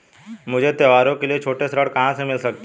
मुझे त्योहारों के लिए छोटे ऋण कहां से मिल सकते हैं?